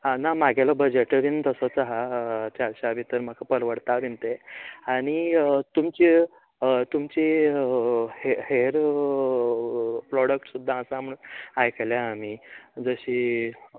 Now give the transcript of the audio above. आं ना मागेलों बजटय बी तसोच आसा चारशां भितर म्हाका परवडता बीन ते आनी तुमचें हय तुमचें हेर हेर प्रोडक्ट सुद्धां आसा म्हण आयकल्या आमी जशी